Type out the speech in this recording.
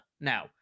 now